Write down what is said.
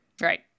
Right